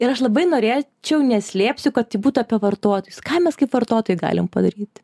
ir aš labai norėčiau neslėpsiu kad tai būtų apie vartotojus ką mes kaip vartotojai galim padaryti